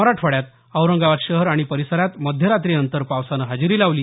मराठवाड्यात औरंगाबाद शहर आणि परिसरात मध्यरात्रीनंतर पावसानं हजेरी लावली